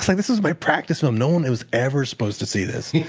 like this is my practice film. no one was ever supposed to see this.